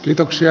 kiitoksia